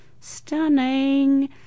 Stunning